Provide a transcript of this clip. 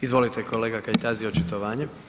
Izvolite kolega Kajtazi, očitovanje.